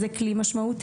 זה כלי שהוא מאוד משמעותי,